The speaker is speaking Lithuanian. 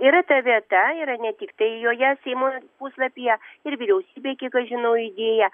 yra ta vieta yra ne tiktai joje seimo puslapyje ir vyriausybė kiek aš žinau įdėję